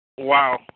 Wow